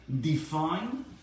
define